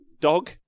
dog